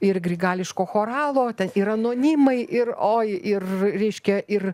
ir grigališko choralo ir anonimai ir oi ir reiškia ir